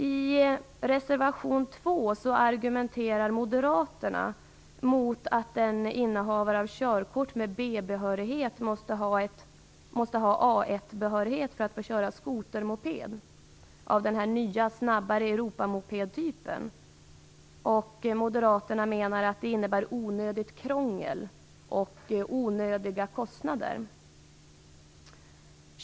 I reservation 2 argumenterar Moderaterna mot att en innehavare av körkort med B-behörighet måste ha A1-behörighet för att få köra skotermoped av den nya, snabbare Euromopedtypen. Moderaterna menar att det innebär onödigt krångel och onödiga kostnader.